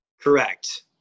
correct